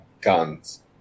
guns